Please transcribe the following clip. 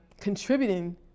contributing